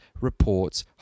reports